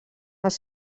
els